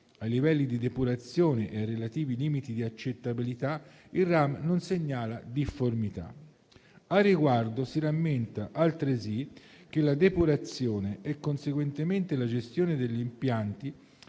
ai livelli di depurazione e ai relativi limiti di accettabilità, il RAM non segnala difformità. Al riguardo si rammenta altresì che la depurazione, e conseguentemente la gestione degli impianti,